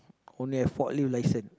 only have forklift license